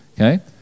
Okay